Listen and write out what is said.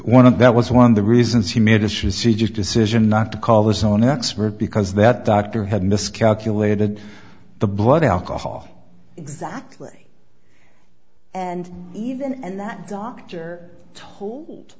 of that was one of the reasons he made as you see just decision not to call his own expert because that doctor had miscalculated the blood alcohol exactly and even and that doctor told